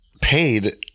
paid